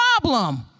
problem